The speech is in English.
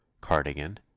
Cardigan